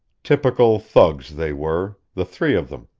typical thugs they were, the three of them,